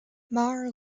maher